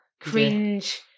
cringe